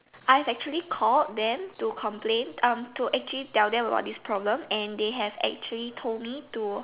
I've actually called them to complain to actually tell them about this problem and they have actually told me to